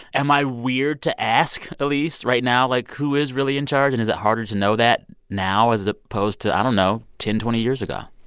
am i weird to ask, elise, right now, like, who is really in charge? and is it harder to know that now as opposed to i don't know ten, twenty years ago?